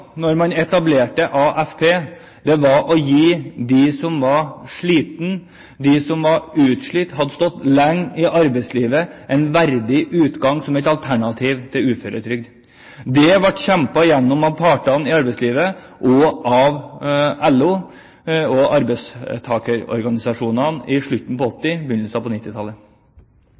man etablerte AFP, var å gi dem som var slitne, som var utslitt, og som hadde stått lenge i arbeidslivet, en verdig utgang av arbeidslivet, som et alternativ til uføretrygd. Dette ble kjempet igjennom av partene i arbeidslivet, av LO og arbeidstakerorganisasjonene, på slutten av 1980-tallet og på